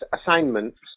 assignments